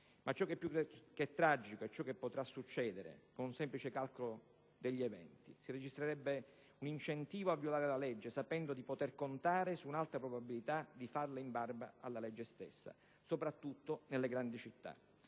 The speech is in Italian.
Ma ciò che è più tragico, e che potrà accadere con un semplice calcolo degli eventi, è che si introdurrebbe un incentivo a violare la legge sapendo di poter contare su un'alta probabilità di farla in barba alla legge stessa, soprattutto nelle grandi città.